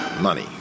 money